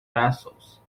vessels